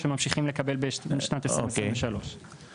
שממשיכים לקבל בשנת 2023. אוקיי.